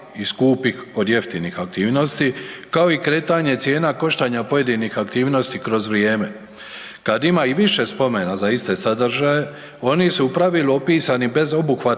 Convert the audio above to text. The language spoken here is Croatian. i skupih od jeftinih aktivnosti, kao i kretanje cijena koštanja pojedinih aktivnosti kroz vrijeme. Kada ima i više spomena za iste sadržaje, oni su u pravilu opisani bez obuhvata